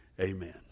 Amen